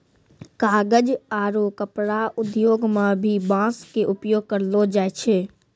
कागज आरो कपड़ा उद्योग मं भी बांस के उपयोग करलो जाय छै